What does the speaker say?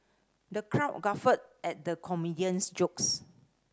the crowd guffawed at the comedian's jokes